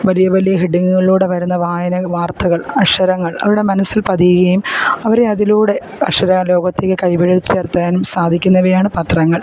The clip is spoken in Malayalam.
വലിയ വലിയ ഹെഡിങ്ങുകളിലൂടെ വരുന്ന വായന വാർത്തകൾ അക്ഷരങ്ങൾ അവരുടെ മനസ്സിൽ പതിയുകയും അവരെ അതിലൂടെ അക്ഷര ലോകത്തേക്ക് കൈപിടിച്ച് ഉയർത്താനും സാധിക്കുന്നവയാണ് പത്രങ്ങൾ